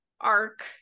arc